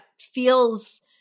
feels